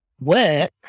work